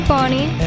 Bonnie